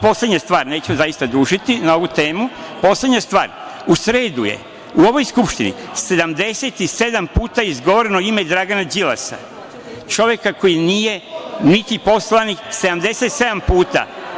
Poslednja stvar, neću zaista dužiti na ovu temu, u sredu je u ovoj Skupštini 77 puta izgovoreno ime Dragana Đilasa, čoveka koji nije niti poslanik, 77 puta.